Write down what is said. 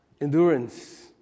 endurance